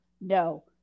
No